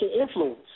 influence